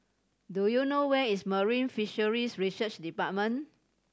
do you know where is Marine Fisheries Research Department